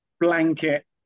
blanket